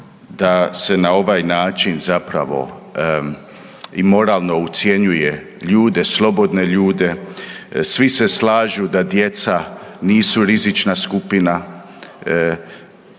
da se na ovaj način zapravo i moralno ucjenjuje ljude, slobodne ljude. Svi se slažu da djeca nisu rizična skupina.